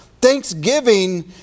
Thanksgiving